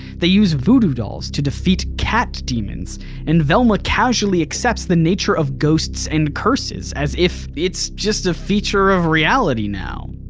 they use voodoo dolls to defeat cat demons and velma casually accepts the nature of ghosts and curses as if it's just a feature of reality now,